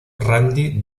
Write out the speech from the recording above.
randy